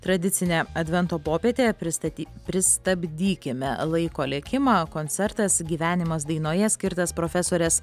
tradicinė advento popietė pristaty pristabdykime laiko lėkimą koncertas gyvenimas dainoje skirtas profesorės